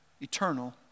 eternal